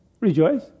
Rejoice